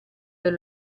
per